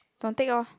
don't take lor